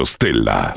Stella